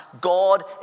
God